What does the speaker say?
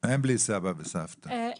אין בלי סבא וסבתא.